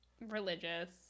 religious